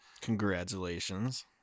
Congratulations